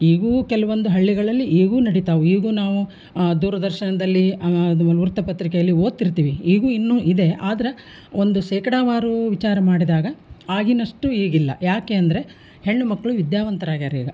ಈಗ್ಲೂ ಕೆಲವೊಂದು ಹಳ್ಳಿಗಳಲ್ಲಿ ಈಗ್ಲೂ ನಡಿತಾವೆ ಈಗ್ಲೂ ನಾವು ದೂರದರ್ಶನದಲ್ಲಿ ವೃತ್ತಪತ್ರಿಕೆಯಲ್ಲಿ ಓದ್ತಿರ್ತೀವಿ ಈಗ್ಲೂ ಇನ್ನೂ ಇದೆ ಆದ್ರೆ ಒಂದು ಶೇಕಡಾವಾರು ವಿಚಾರ ಮಾಡಿದಾಗ ಆಗಿನಷ್ಟು ಈಗಿಲ್ಲ ಯಾಕೆ ಅಂದರೆ ಹೆಣ್ಣುಮಕ್ಳು ವಿದ್ಯಾವಂತರಾಗ್ಯರೀಗ